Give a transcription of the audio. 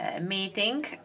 meeting